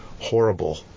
Horrible